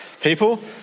People